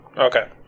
Okay